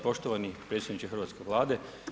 Poštovani predsjedniče hrvatske Vlade.